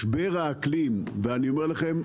משבר האקלים ואני אומר לכם,